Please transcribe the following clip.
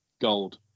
Gold